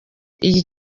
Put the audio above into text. iyi